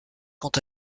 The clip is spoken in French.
quant